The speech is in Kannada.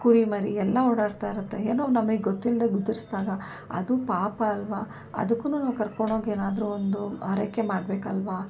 ಕುರಿ ಮರಿ ಎಲ್ಲ ಓಡಾಡ್ತಾ ಇರುತ್ತೆ ಏನೋ ನಮಗ್ ಗೊತ್ತಿಲ್ಲದೇ ಗುದ್ದಿಸಿದಾಗ ಅದು ಪಾಪ ಅಲ್ವಾ ಅದಕ್ಕೂ ನಾವು ಕರ್ಕೊಂಡ್ಹೋಗಿ ಏನಾದರೂ ಒಂದು ಆರೈಕೆ ಮಾಡಬೇಕಲ್ವಾ